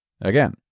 Again